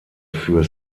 für